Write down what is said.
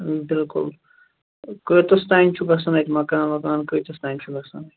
ٲں بلُکل کۭتس تانۍ چھُ گَژھان اَتہِ مکان وکان کۭتس تانۍ چھُ گَژھان